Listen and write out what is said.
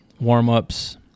warm-ups